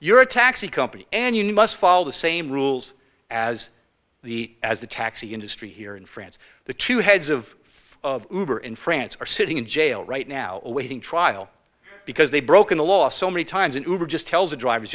you're a taxi company and you must follow the same rules as the as the taxi industry here in france the two heads of in france are sitting in jail right now awaiting trial because they've broken the law so many times and just tells the driver